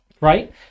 Right